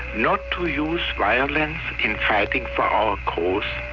not to use violence in fighting for our cause,